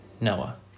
Noah